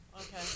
okay